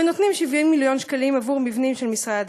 ונותנים 70 מיליון שקלים עבור מבנים של משרד הדתות,